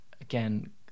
again